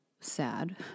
sad